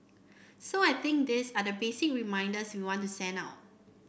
so I think these are the basic reminders we want to send out